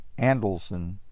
Andelson